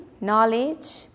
knowledge